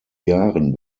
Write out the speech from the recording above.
jahren